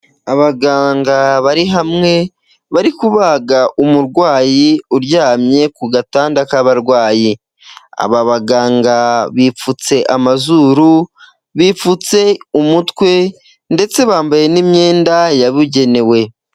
Abaganga bari hamwe bari kubaga umurwayi uryamye ku gatanda k'abarwayi, aba baganga bipfutse amazuru, bipfutse umutwe ndetse bambaye n'imyenda yabugenewe.